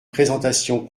présentation